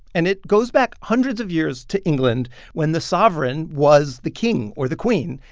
and it goes back hundreds of years to england when the sovereign was the king or the queen.